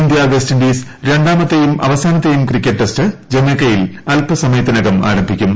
India West Indies ര ാമത്തെയും അവസാനത്തെയും ക്രിക്കറ്റ് ടെസ്റ്റ് ജമൈക്കയിൽ അല്പസമയത്തിനകം ആരംഭിക്കും